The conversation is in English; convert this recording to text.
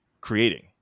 creating